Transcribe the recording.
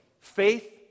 faith